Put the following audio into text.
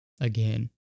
again